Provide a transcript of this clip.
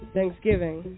Thanksgiving